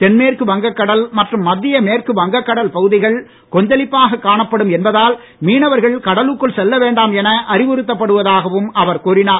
தென்மேற்கு வங்கக்கடல் மற்றும் மத்திய மேற்கு வங்கக்கடல் பகுதிகள் கொந்தளிப்பாக காணப்படும் என்பதால் மீனவர்கள் கடலுக்குள் செல்ல என அறிவுறுத்தப்படுவதாகவும் அவர் கூறினார்